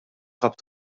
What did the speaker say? kap